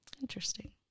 Interesting